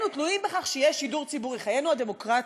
תלויים בכך שיהיה שידור ציבורי, חיינו הדמוקרטיים.